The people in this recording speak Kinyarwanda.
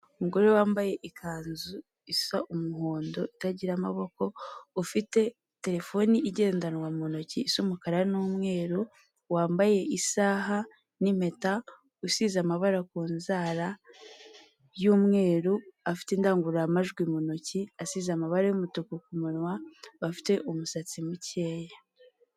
Umugore wambaye ikanzu isa umuhondo itagira amaboko ufite terefone igendanwa mu ntoki isa umukara n'umweru wambaye isaha n'impeta usize amabara ku nzara y'umweru afite indangururamajwi mu ntoki asize amabara y'umutuku ku munwa afite umusatsi mukeya.